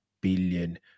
billion